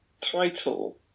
title